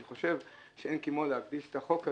אני חושב שאין כמו להקדיש לו את החוק הזה.